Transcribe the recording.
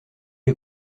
les